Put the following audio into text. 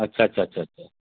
अच्छा अच्छा अच्छा अच्छा